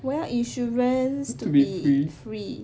我要 insurance to be free